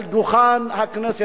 על דוכן הכנסת,